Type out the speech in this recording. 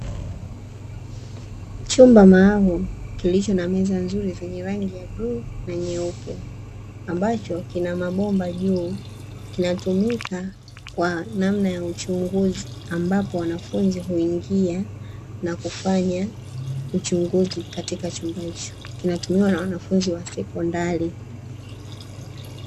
Chumba maalumu kilicho na meza nzuri zenye rangi ya bluu na nyeupe, ambacho kina mabomba juu, kinatumika kwa namna ya uchunguzi ambapo wanafunzi huingia na kufanya uchunguzi katika chumba hicho. Kinatumika na wanafunzi wa sekondari.